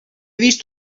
vist